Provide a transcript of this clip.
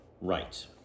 Right